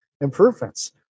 improvements